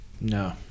no